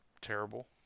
terrible